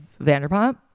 Vanderpump